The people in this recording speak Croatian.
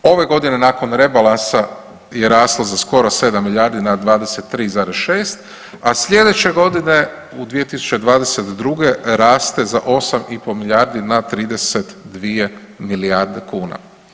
Ove godine nakon rebalansa je raslo za skoro 7 milijardi na 23,6 a sljedeće godine u 2022. raste za 8 i pol milijardi na 32 milijarde kuna.